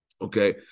Okay